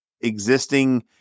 existing